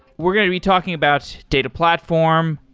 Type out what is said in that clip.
we're going to be talking about data platform,